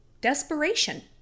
desperation